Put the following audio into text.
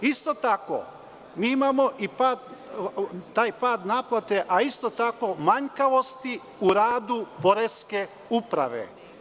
Isto tako, mi imamo i pad naplate, a isto tako manjkavosti u radu poreske uprave.